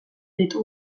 ditu